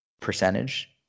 percentage